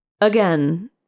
Again